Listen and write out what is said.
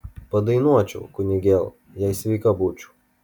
padainuočiau kunigėl jei sveika būčiau